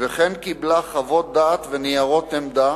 וכן קיבלה חוות דעת וניירות עמדה,